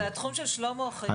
זה התחום של שלמה אוחיון,